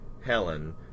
Helen